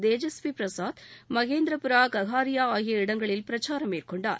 தேஜஸ்வி பிரசாத் மகேந்திரபுரா ககாரியா ஆகிய இடங்களில் பிரச்சாரம் மேற்கொண்டார்